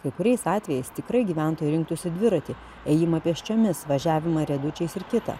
kai kuriais atvejais tikrai gyventojų rinktųsi dviratį ėjimą pėsčiomis važiavimą riedučiais ir kitą